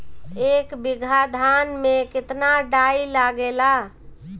एक बीगहा धान में केतना डाई लागेला?